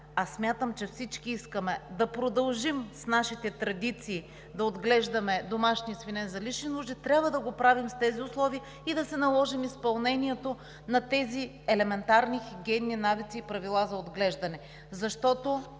а смятам, че всички искаме да продължим нашите традиции да отглеждаме домашни свине за лични нужди, трябва да го правим с тези условия и да си наложим изпълнението на тези елементарни хигиенни навици и правила за отглеждане. В момента